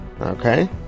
Okay